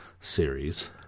series